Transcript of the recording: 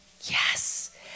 Yes